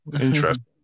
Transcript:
Interesting